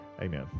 Amen